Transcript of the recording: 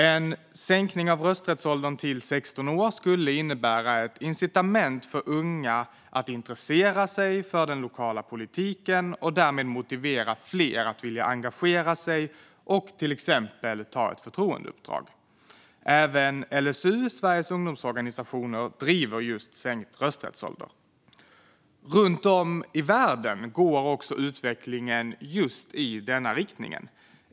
En sänkning av rösträttsåldern till 16 år skulle innebära ett incitament för unga att intressera sig för den lokala politiken och därmed motivera fler att vilja engagera sig och till exempel ta ett förtroendeuppdrag. Även LSU, Landsrådet för Sveriges ungdomsorganisationer, driver frågan om sänkt rösträttsålder. Runt om i världen går också utvecklingen i just denna riktning.